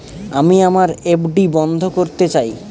আমি আমার এফ.ডি বন্ধ করতে চাই